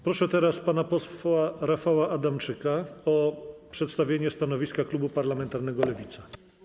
Proszę teraz pana posła Rafała Adamczyka o przedstawienie stanowiska klubu parlamentarnego Lewica.